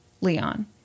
Leon